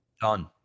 Done